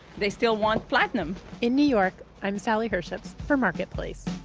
they still want platinum in new york, i'm sally herships for marketplace